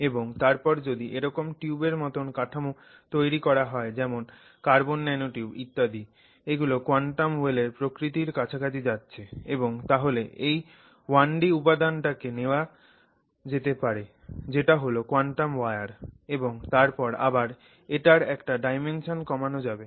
এবং তারপর যদি এরকম টিউবের মতন কাঠামো তৈরি করা হয় যেমন কার্বন ন্যানোটিউব ইত্যাদি এগুলো কোয়ান্টাম ওয়েলের প্রকৃতির কাছাকাছি যাচ্ছে এবং তাহলে এই 1-ডি উপাদানটাকে নেওয়া পারে যেটা হল কোয়ান্টাম ওয়্যার এবং তারপর আবার এটার একটা ডাইমেনশন কমানো যাবে